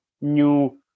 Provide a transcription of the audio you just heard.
new